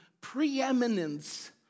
preeminence